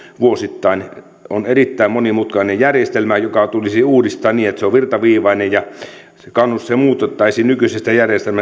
vuosittain ovat erittäin monimutkainen järjestelmä joka tulisi uudistaa niin että se olisi virtaviivainen ja se muutettaisiin nykyisestä